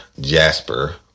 Jasper